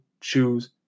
choose